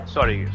Sorry